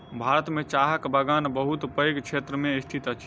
भारत में चाहक बगान बहुत पैघ क्षेत्र में स्थित अछि